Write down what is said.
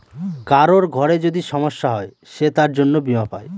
কারোর ঘরে যদি সমস্যা হয় সে তার জন্য বীমা পাই